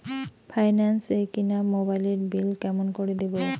Finance এ কিনা মোবাইলের বিল কেমন করে দিবো?